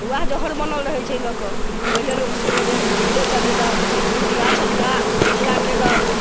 वएह जहर बनल रहै छै लऽ कऽ पहिले लोक छलैया जे देह चलेलक कूटिया छटिया पीसिया केलक